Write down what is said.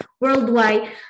worldwide